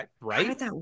right